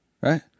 Right